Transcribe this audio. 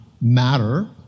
matter